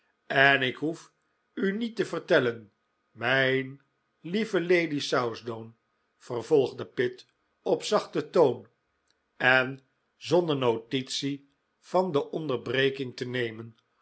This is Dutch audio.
en ik hoef u niet te vertellen mijn lieve lady southdown vervolgde pitt op zachten toon en zonder notitie van de onderbreking te nemen